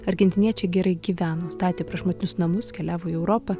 argentiniečiai gerai gyveno statė prašmatnius namus keliavo į europą